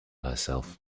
herself